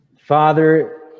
Father